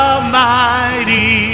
Almighty